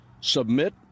Submit